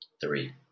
Three